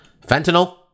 Fentanyl